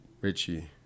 Richie